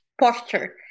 posture